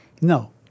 No